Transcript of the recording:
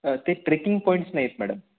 ते trekking points नाही आहेत मॅडम